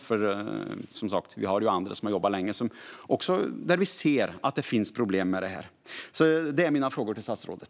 Vi har som sagt andra som har jobbat länge, och där ser vi att det finns problem med detta. Detta är mina frågor till statsrådet.